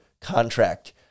contract